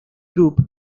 group